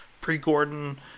pre-Gordon